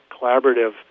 collaborative